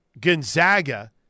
Gonzaga